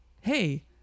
hey